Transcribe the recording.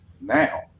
now